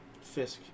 Fisk